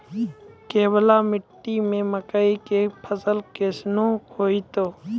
केवाल मिट्टी मे मकई के फ़सल कैसनौ होईतै?